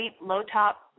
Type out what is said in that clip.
low-top